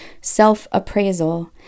self-appraisal